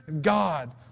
God